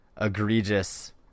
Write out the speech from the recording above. egregious –